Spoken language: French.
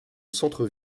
centre